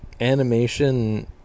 Animation